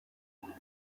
yagize